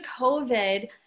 COVID